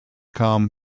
come